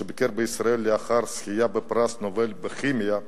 שביקר בישראל לאחר שזכה בפרס נובל בכימיה: